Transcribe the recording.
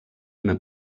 una